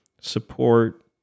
support